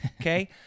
Okay